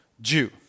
Jew